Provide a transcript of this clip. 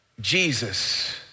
Jesus